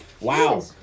Wow